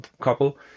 couple